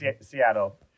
Seattle